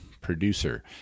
producer